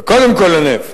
וקודם כול לנפט,